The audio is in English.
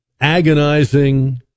agonizing